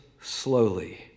slowly